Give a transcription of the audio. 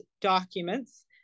documents